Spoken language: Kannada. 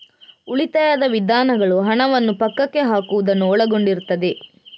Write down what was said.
ಉಳಿತಾಯದ ವಿಧಾನಗಳು ಹಣವನ್ನು ಪಕ್ಕಕ್ಕೆ ಹಾಕುವುದನ್ನು ಒಳಗೊಂಡಿರುತ್ತದೆ